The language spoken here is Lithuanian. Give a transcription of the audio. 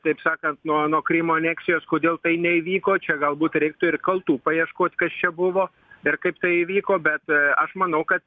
taip sakant nuo nuo krymo aneksijos kodėl tai neįvyko čia galbūt reiktų ir kaltų paieškot kas čia buvo ir kaip tai įvyko bet aš manau ka